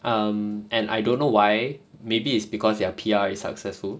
um and I don't know why maybe it's because their P_R is successful